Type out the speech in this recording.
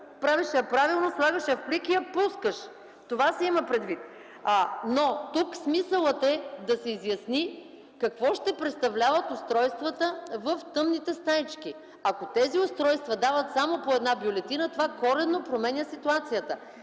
правиш я правилно, слагаш я в плик и я пускаш. Това се има предвид. Но тук смисълът е да се изясни какво ще представляват устройствата в тъмните стаички. Ако тези устройства дават само по една бюлетина, това коренно променя ситуацията.